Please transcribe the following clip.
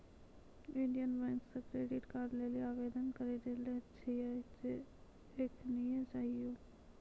Indian bank से credit card लेली आवेदन करी देले छिए जे एखनीये चाहियो